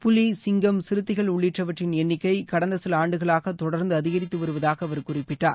புலி சிங்கம் சிறுத்தைகள் உள்ளிட்டவற்றின் எண்ணிக்கை கடந்த சில ஆண்டுகளாக தொடர்ந்து அதிகித்து வருவதாக அவர் குறிப்பிட்டார்